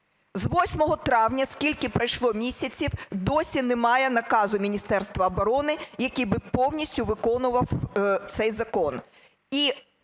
З 8 травня скільки пройшло місяців, досі немає наказу Міністерства оборони, який би повністю виконував цей закон.